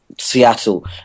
Seattle